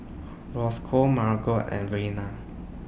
Roscoe Margot and Reanna